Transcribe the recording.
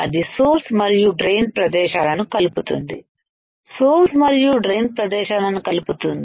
అది సోర్స్ మరియు డ్రైన్ ప్రదేశాలను కలుపుతుంది సోర్స్ మరియు డ్రైన్ ప్రదేశాలను కలుపుతుంది